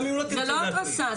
זו לא התרסה,